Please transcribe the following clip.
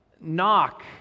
Knock